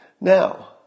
Now